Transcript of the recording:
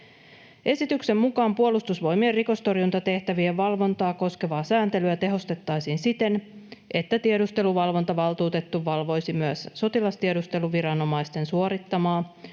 Esityksen mukaan Puolustusvoimien rikostorjuntatehtävien valvontaa koskevaa sääntelyä tehostettaisiin siten, että tiedusteluvalvontavaltuutettu valvoisi myös sotilastiedusteluviranomaisten suorittamaa